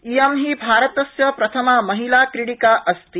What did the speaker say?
इयं ही भारतस्य प्रथमा महिला क्रीडिका अस्ति